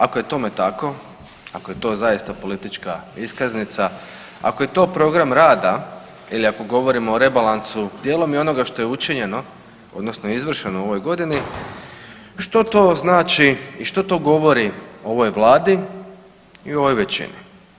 Ako je tome tako, ako je to zaista politička iskaznica, ako je to program rada ili ako govorimo o rebalansu dijelom je i onoga što je učinjeno odnosno izvršeno u ovoj godini što to znači i što to govori o ovoj Vladi i ovoj većini?